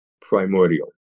primordial